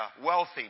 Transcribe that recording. wealthy